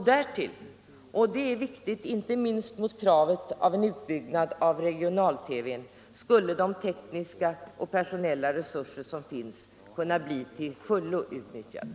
Därtill — och det är viktigt inte minst inför kravet av en utbyggnad av regional-TV — skulle de tekniska och personella resurser som finns kunna bli till fullo utnyttjade.